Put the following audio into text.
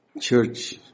church